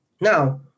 now